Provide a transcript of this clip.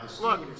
Look